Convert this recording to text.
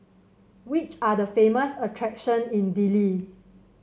which are the famous attractions in Dili